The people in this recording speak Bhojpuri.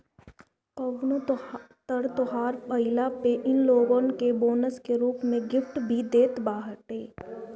कवनो तर त्यौहार आईला पे इ लोगन के बोनस के रूप में गिफ्ट भी देत बाटे